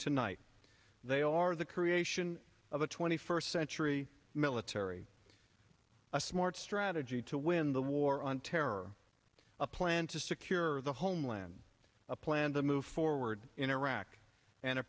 tonight they are the creation of a twenty first century military a smart strategy to win the war on terror a plan to secure the homeland a plan to move forward in iraq and a